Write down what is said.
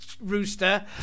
rooster